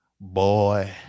Boy